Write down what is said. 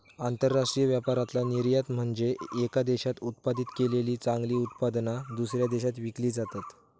आंतरराष्ट्रीय व्यापारातला निर्यात म्हनजे येका देशात उत्पादित केलेली चांगली उत्पादना, दुसऱ्या देशात विकली जातत